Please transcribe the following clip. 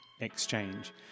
exchange